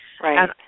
Right